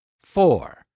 Four